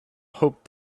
hoped